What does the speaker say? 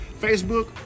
Facebook